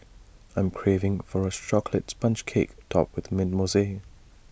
I'm craving for A Chocolate Sponge Cake Topped with Mint Mousse